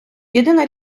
єдина